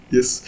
Yes